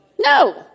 No